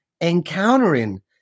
encountering